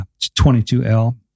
22l